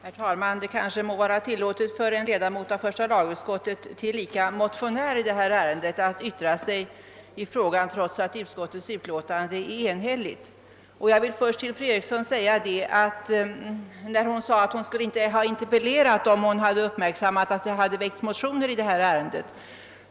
Herr talman! Det må kanske vara tilllåtet för en ledamot av första lagutskottet, tillika motionär i detta ärende, att yttra sig i frågan trots att utskottes utlåtande är enhälligt. Fru Eriksson i Stockholm sade att hon inte skulle ha interpellerat om hon hade uppmärksammat att det hade väckts motioner i ärendet.